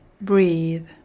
Breathe